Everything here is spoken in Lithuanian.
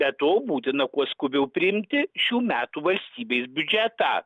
be to būtina kuo skubiau priimti šių metų valstybės biudžetą